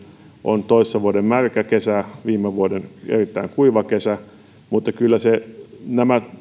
on toissa vuoden märkä kesä viime vuoden erittäin kuiva kesä kyllä nämä